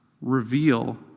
reveal